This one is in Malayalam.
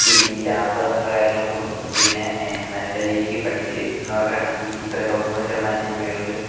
പിന്നെ ഈ ലാപ്പ് അങ്ങനെയുള്ള കാര്യങ്ങളൊക്കെ കൊടുക്കും പിന്നെ നല്ല രീതിക്ക് പഠിച്ച് നിൽക്കുന്നവർക്കാണെങ്കിൽ ഇത്ര തൊണ്ണൂറു ശതമാനത്തിന് മുകളിൽ